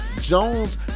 Jones